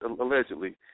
allegedly